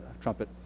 trumpet